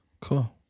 Cool